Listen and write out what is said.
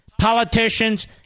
politicians